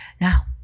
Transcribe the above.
Now